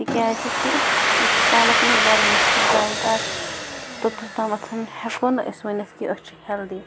تِکیٛازِ کہِ یوتَس تامَتھ نہٕ بیلَنسٕڈ ڈایِٹ آسہِ توٚتَس تامَتھ ہٮ۪کو نہٕ أسۍ ؤنِتھ کہِ أسۍ چھِ ہیٚلدی